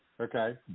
okay